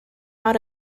out